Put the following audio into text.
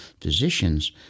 physicians